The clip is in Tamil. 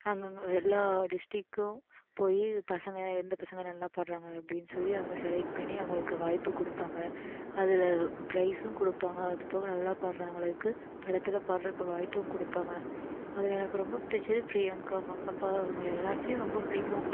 அங்கே அங்கே எல்லா டிஸ்ட்ரிக்கும் போய் பசங்க எந்த பசங்க நல்லா பாடுறாங்க அப்படினு சொல்லி அவங்க செலக்ட் பண்ணி அவங்களுக்கு வாய்ப்பு கொடுப்பாங்க அதில் ப்ரைஸ்சும் கொடுப்பாங்க அதுபோக நல்லா பாடுறவங்களுக்கு படத்தில் பாடறதுக்கு வாய்ப்பும் கொடுப்பாங்க அதில் எனக்கு ரொம்ப பிடிச்சது ப்ரியங்கா ம கா பா அவங்க எல்லாத்தையும் ரொம்ப பிடிக்கும்